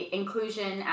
inclusion